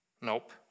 Nope